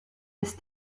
est